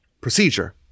procedure